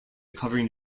covering